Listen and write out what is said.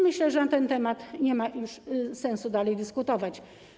Myślę, że na ten temat nie ma już sensu dalej dyskutować.